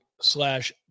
slash